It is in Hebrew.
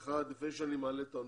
אחד לפני שאני מעלה את האוניברסיטה.